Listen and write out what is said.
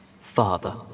Father